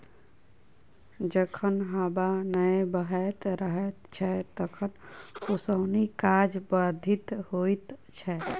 जखन हबा नै बहैत रहैत छै तखन ओसौनी काज बाधित होइत छै